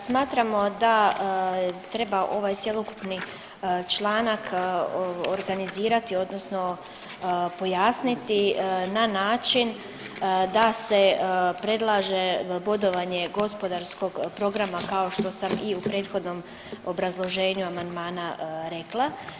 Smatramo da treba ovaj cjelokupni članak organizirati, odnosno pojasniti na način da se predlaže bodovanje gospodarskog programa kao što sam i u prethodnom obrazloženju amandmana rekla.